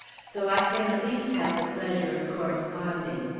so i can at least have the pleasure of corresponding.